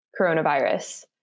coronavirus